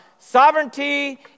Sovereignty